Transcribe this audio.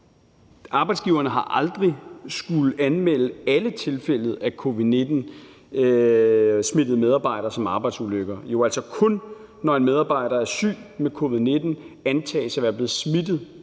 arbejdsgiverne aldrig har skullet anmelde alle tilfælde af covid-19-smittede medarbejdere som arbejdsulykker – kun, når en medarbejder, der er blevet syg med covid-19, antages at være blevet smittet